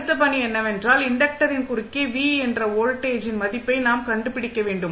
அடுத்த பணி என்னவென்றால் இன்டக்டரின் குறுக்கே v என்ற வோல்டேஜின் மதிப்பை நாம் கண்டுபிடிக்க வேண்டும்